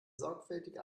sorgfältige